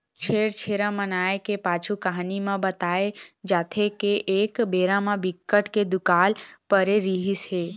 छेरछेरा मनाए के पाछू कहानी म बताए जाथे के एक बेरा म बिकट के दुकाल परे रिहिस हे